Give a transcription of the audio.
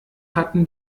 hatten